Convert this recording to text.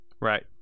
Right